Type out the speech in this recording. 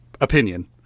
Opinion